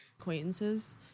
Acquaintances